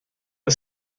are